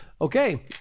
Okay